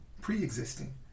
Pre-existing